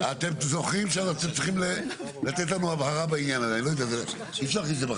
לא משנה.